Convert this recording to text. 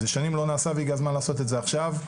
זה שנים לא נעשה והגיע הזמן לעשות את זה עכשיו.